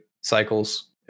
cycles